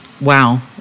Wow